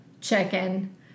chicken